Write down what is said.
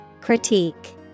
Critique